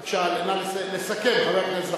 בבקשה, לסכם, חבר הכנסת